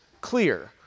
clear